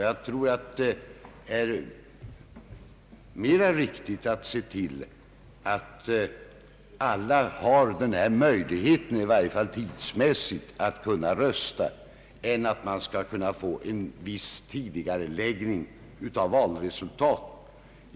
Jag tror det är riktigare att se till att alla har tidsmässig möjlighet att kunna rösta än att söka få en viss tidi gareläggning av valresultatet.